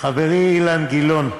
חברי אילן גילאון,